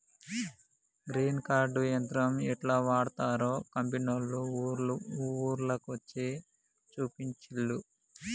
grain cart యంత్రం యెట్లా వాడ్తరో కంపెనోళ్లు ఊర్ల కొచ్చి చూపించిన్లు